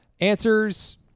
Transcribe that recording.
answers